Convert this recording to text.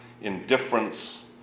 indifference